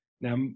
Now